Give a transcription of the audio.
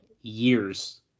years